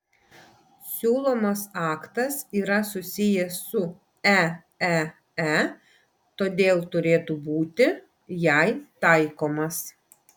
siūlomas aktas yra susijęs su eee todėl turėtų būti jai taikomas